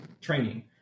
training